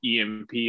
EMP